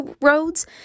roads